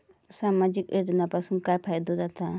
सामाजिक योजनांपासून काय फायदो जाता?